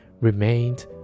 remained